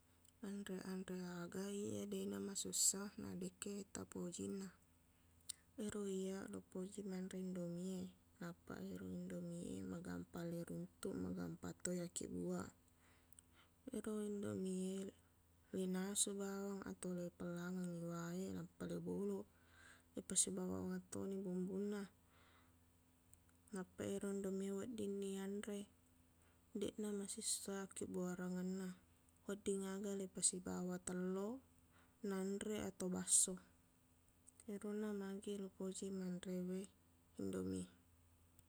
Anre-anre aga iya deqna masussa nadekke tapojinna. Ero iyaq lupoji manre indomie e. Nappa ero indomie e, magampang leiruntuk, magampangto iyakkibbuwaq. Ero indomie e, linasu bawang atau lipellangengngi wae, nappa leboloq. Ipassibawangengtoni bumbunna. Nappa ero indomie e, weddinni yanre. Deqna masessa akkibbuwarengenna. Wedding aga lepasibawa telloq, nanre, atau basso. Erona magi lupoji manrewe indomie.